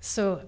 so